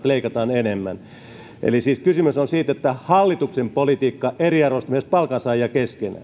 leikataan enemmän eli kysymys on siitä että hallituksen politiikka eriarvoistaa myös palkansaajia